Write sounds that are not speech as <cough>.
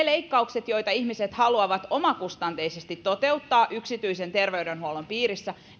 <unintelligible> leikkauksia joita ihmiset haluavat omakustanteisesti toteuttaa yksityisen terveydenhuollon piirissä